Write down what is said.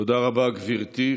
תודה רבה, גברתי.